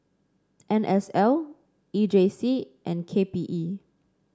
N S L E J C and K P E